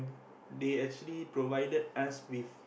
they actually provided us with